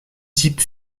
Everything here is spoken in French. type